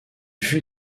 fut